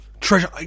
Treasure